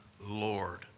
Lord